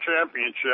championship